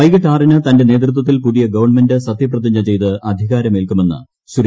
വൈകിട്ട് ആറിന് തന്റെ നേതൃത്വത്തിൽ പുതിയ ഗവൺമെന്റ് സത്യപ്രതിജ്ഞ ചെയ്ത് അധികാരമേൽക്കുമെന്ന് ശ്രീ